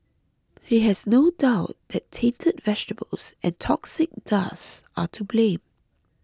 he has no doubt that tainted vegetables and toxic dust are to blame